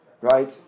right